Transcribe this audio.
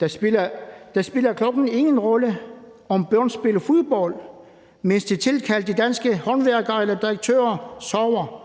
Da spiller klokken ingen rolle, om børn spiller fodbold, mens de tilkaldte danske håndværkere eller direktører sover.